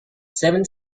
seven